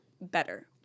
better